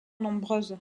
nombreuses